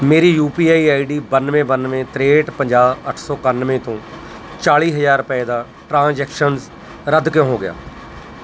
ਮੇਰੀ U P I I D ਬਾਨਵੇਂ ਬਾਨਵੇਂ ਤ੍ਰੇਹਠ ਪੰਜਾਹ ਅੱਠ ਸੌ ਇਕਾਨਵੇਂ ਤੋ ਚਾਲੀ ਹਜ਼ਾਰ ਰੁਪਏ ਦਾ ਟ੍ਰਾੰਸਜ਼ੇਕਸ਼ਨਜ਼ ਰੱਦ ਕਿਉਂ ਹੋ ਗਿਆ